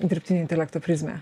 dirbtinio intelekto prizmę